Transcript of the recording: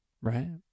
Right